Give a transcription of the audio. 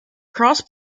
cross